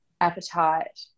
appetite